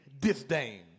disdain